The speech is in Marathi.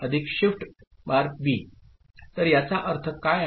B तर याचा अर्थ काय आहे